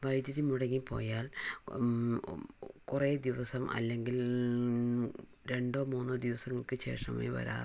വൈദ്യുതി മുടങ്ങിപ്പോയാൽ കുറേ ദിവസം അല്ലെങ്കിൽ രണ്ടോ മൂന്നോ ദിവസങ്ങൾക്ക് ശേഷമേ വരാറുള്ളൂ